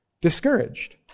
discouraged